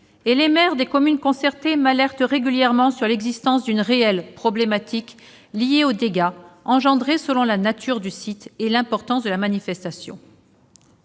Les maires des communes concernées m'alertent régulièrement sur l'existence d'une réelle problématique liée aux dégâts engendrés, selon la nature du site et l'importance de la manifestation.